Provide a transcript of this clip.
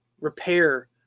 repair